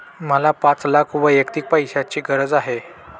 मला पाच लाख वैयक्तिक पैशाची गरज आहे